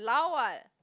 lao what